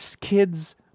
kids